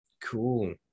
Cool